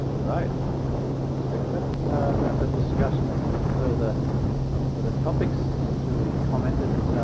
right thanks victor around the discussion ah further ah the topics so really commented